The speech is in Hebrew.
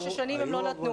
מה ששנים הם לא נתנו,